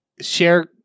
share